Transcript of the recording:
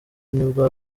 nibwo